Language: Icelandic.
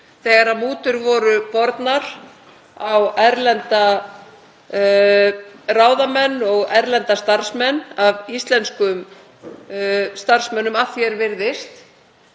þegar mútur voru bornar á erlenda ráðamenn og erlenda starfsmenn af íslenskum starfsmönnum, að því er virðist,